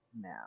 now